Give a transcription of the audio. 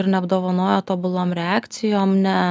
ir neapdovanoja tobulom reakcijom ne